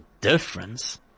difference